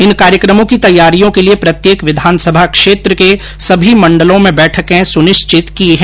इन कार्यकमो की तैयारियों के लिये प्रत्येक विधानसभा क्षेत्र के सभी मण्डलों में बैठकें सुनिश्चित की है